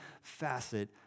facet